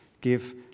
give